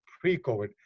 pre-COVID